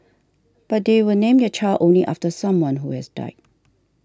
but they will name their child only after someone who has died